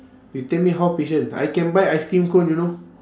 you tell me how patient I can buy ice cream cone you know